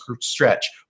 stretch